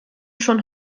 schon